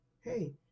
hey